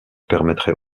permettrait